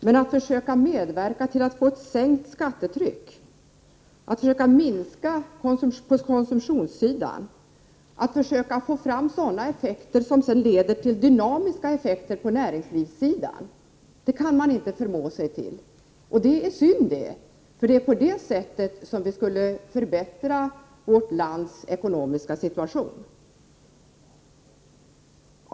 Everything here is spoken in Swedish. Men att försöka medverka till att få ett sänkt skattetryck, att försöka minska på konsumtionssidan, att försöka få fram sådant som leder till dynamiska effekter på näringslivssidan kan man inte förmå sig till. Det är synd, för det är på det sättet som vi skulle kunna förbättra vårt lands ekonomiska situation.